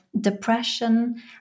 depression